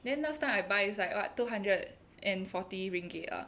then last time I buy it's like what two hundred and forty ringgit ah